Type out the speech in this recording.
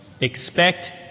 expect